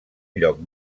lloc